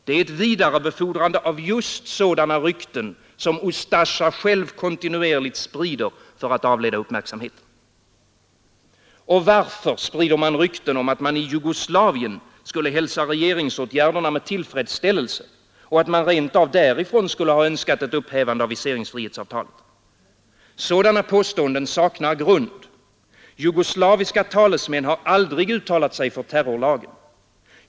Det är ett vidarebefordrande av just sådana rykten som Ustasja själv sprider för att avleda uppmärksamheten. Och varför sprides rykten om att man i Jugoslavien skulle hälsa regeringsåtgärderna med tillfredsställelse och att man rent av skulle därifrån ha önskat ett upphävande av viseringsfrihetsavtalet? Sådana påståenden saknar grund. Jugoslaviska talesmän har aldrig uttalat sig för terrorlagen.